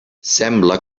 sembla